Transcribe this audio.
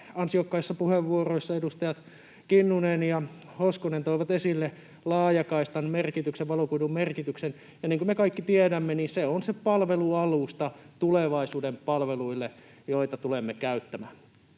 ansiokkaissa puheenvuoroissa esille laajakaistan merkityksen, valokuidun merkityksen, ja niin kuin me kaikki tiedämme, niin se on se palvelualusta tulevaisuuden palveluille, joita tulemme käyttämään.